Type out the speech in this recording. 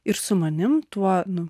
ir su manim tuo nu